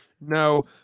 No